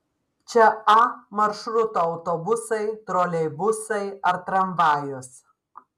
čia a maršruto autobusai troleibusai ar tramvajus